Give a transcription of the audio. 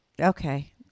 Okay